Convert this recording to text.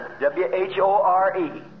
W-H-O-R-E